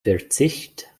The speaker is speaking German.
verzicht